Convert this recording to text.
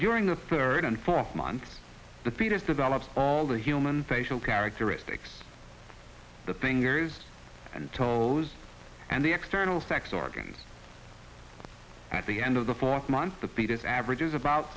during the third and fourth months the fetus develops all the human facial characteristics the thing years and tollers and the external sex organs at the end of the fourth month the foetus average is about